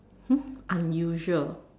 hmm unusual